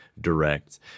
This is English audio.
direct